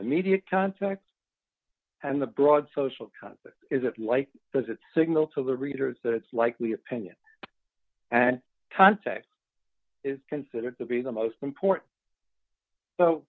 immediate context and the broad social context is it like does it signal to the readers that it's likely opinion and context is considered to be the most important